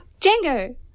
Django